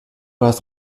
hast